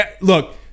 Look